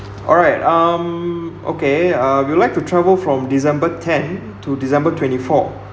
alright um okay uh we would like to travel from december tenth to december twenty fourth